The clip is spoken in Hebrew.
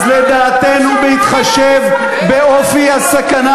אז לדעתנו, בהתחשב באופי הסכנה,